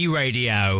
radio